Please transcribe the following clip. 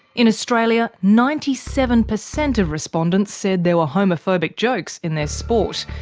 in australia ninety seven percent of respondents said there were homophobic jokes in their sport,